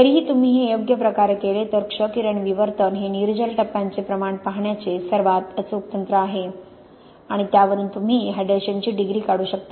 तरीही तुम्ही हे योग्य प्रकारे केले तर क्ष किरण विवर्तन हे निर्जल टप्प्यांचे प्रमाण पाहण्याचे सर्वात अचूक तंत्र आहे आणि त्यावरून तुम्ही हायड्रेशनची डिग्री काढू शकता